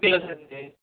कोणती लस देता येईल